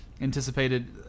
anticipated